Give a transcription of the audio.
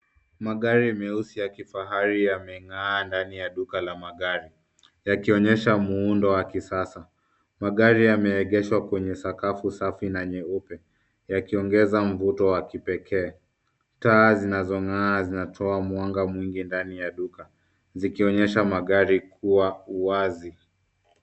Magari meusi ya kifahari yameng'aa ndani ya duka la magari yakionyesha muundo wa kisasa. Magari yameegeshwa kwenye sakafu safi na nyeupe yakionyesha mvuto wa kipekee . Taa zinazong'aa zinatoa mwanga mwingi ndani ya duka zikionyesha magari kwa uwazi.